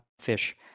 fish